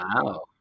wow